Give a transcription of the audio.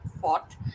fought